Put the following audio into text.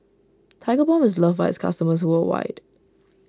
Tigerbalm is loved by its customers worldwide